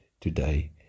today